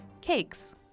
Cakes